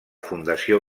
fundació